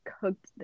cooked